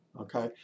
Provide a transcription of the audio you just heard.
Okay